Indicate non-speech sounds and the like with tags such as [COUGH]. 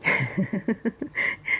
[LAUGHS]